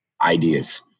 ideas